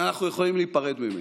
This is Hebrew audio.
אנחנו יכולים להיפרד ממנו,